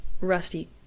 Rusty